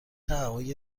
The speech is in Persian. هوایی